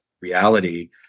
reality